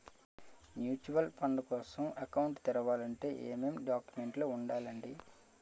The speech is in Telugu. మ్యూచువల్ ఫండ్ కోసం అకౌంట్ తెరవాలంటే ఏమేం డాక్యుమెంట్లు ఉండాలండీ?